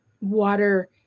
water